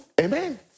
Amen